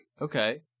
Okay